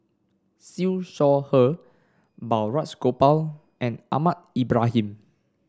Siew Shaw Her Balraj Gopal and Ahmad Ibrahim